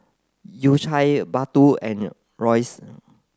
U Cha Baggu and Royce